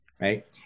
Right